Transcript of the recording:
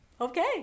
Okay